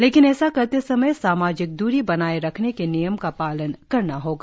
लेकिन ऐसा करते समय सामाजिक द्री बनाये रखने के नियम का पालन करना होगा